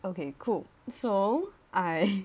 okay cool so I